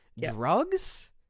drugs